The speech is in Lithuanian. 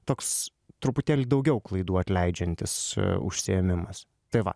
toks truputėlį daugiau klaidų atleidžiantis užsiėmimas tai va